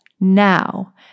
now